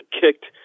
kicked